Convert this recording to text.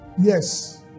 Yes